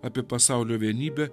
apie pasaulio vienybę